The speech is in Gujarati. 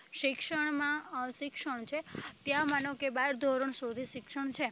શિક્ષણમાં શિક્ષણ છે ત્યાં માનો કે બાર ધોરણ સુધી શિક્ષણ છે